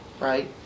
right